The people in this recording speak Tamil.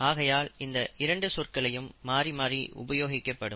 ஆகையால் இந்த இரண்டு சொற்களையும் மாறி மாறி உபயோகிக்கப்படும்